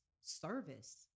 service